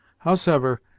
howsever,